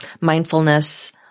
mindfulness